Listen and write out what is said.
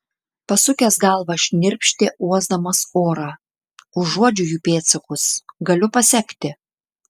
pasukęs galvą šnirpštė uosdamas orą užuodžiu jų pėdsakus galiu pasekti